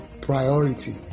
priority